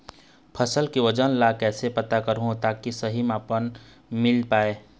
फसल के वजन ला कैसे पता करहूं ताकि सही मापन मील पाए?